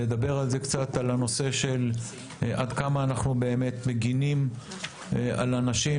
נדבר קצת על הנושא של עד כמה אנחנו באמת מגנים על אנשים